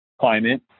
climate